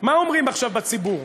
מה אומרים עכשיו בציבור,